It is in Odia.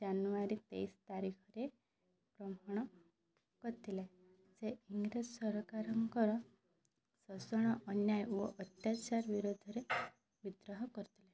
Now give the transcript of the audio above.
ଜାନୁୟାରୀ ତେଇଶି ତାରିଖରେ ଗ୍ରହଣ କରିଥିଲେ ସେ ଇଂରେଜ ସରକାରଙ୍କର ଶୋଷଣ ଅନ୍ୟାୟ ଓ ଅତ୍ୟାଚାର ବିରୋଧରେ ବିଦ୍ରୋହ କରିଥିଲେ